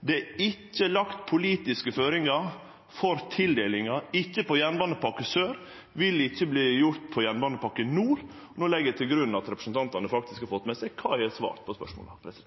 Det er ikkje lagt politiske føringar for tildelinga på Jernbanepakke Sør – vil ikkje verte gjort på Jernbanepakke Nord. No legg eg til grunn at representantane faktisk har fått med seg kva eg har svart på spørsmåla. Dette